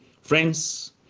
Friends